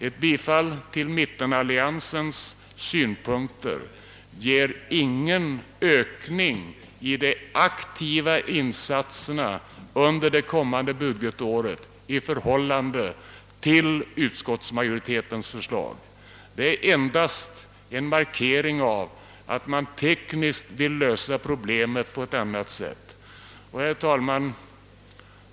Ett bifall till mittenalliansens förslag ger ingen ökning av de aktiva insatserna under det kommande budgetåret i förhållande till utskottsmajoritetens förslag; det blir endast en markering av att man tekniskt vill lösa problemet på ett annat sätt. Herr talman!